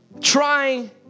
Trying